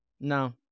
No